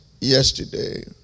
yesterday